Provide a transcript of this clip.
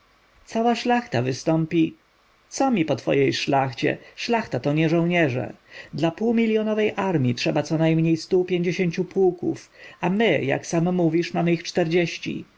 cała szlachta wystąpi co mi po twojej szlachcie szlachta to nie żołnierze dla półmiljonowej armji trzeba conajmniej stu pięćdziesięciu pułków a my jak sam mówisz mamy ich czterdzieści